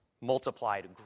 multiplied